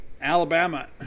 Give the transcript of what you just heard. Alabama